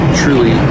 truly